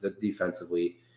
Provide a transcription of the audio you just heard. defensively